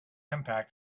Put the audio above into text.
impact